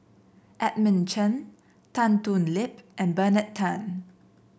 Edmund Chen Tan Thoon Lip and Bernard Tan